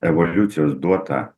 evoliucijos duotą